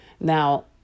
Now